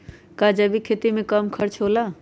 का जैविक खेती में कम खर्च होला?